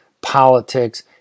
politics